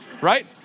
right